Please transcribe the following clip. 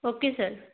okay sir